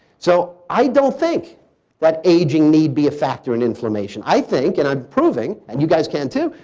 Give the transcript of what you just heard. so i don't think that aging need be a factor in inflammation. i think, and i'm proving, and you guys can to,